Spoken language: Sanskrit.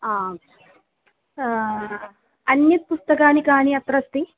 आम् अन्यत् पुस्तकानि कानि अत्र अस्ति